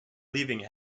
leaving